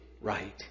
right